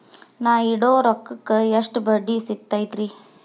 ನಾ ಇಡೋ ರೊಕ್ಕಕ್ ಎಷ್ಟ ಬಡ್ಡಿ ಸಿಕ್ತೈತ್ರಿ?